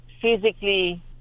physically